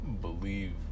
believe